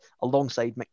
alongside